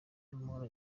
y’amahoro